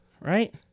right